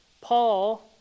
Paul